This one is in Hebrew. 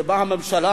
שבאה הממשלה,